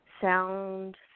sound